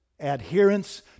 Adherence